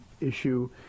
issue